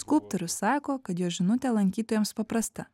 skulptorius sako kad jo žinutė lankytojams paprasta